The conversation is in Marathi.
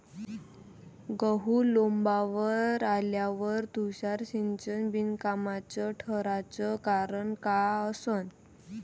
गहू लोम्बावर आल्यावर तुषार सिंचन बिनकामाचं ठराचं कारन का असन?